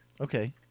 Okay